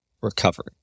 recovery